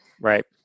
Right